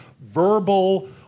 verbal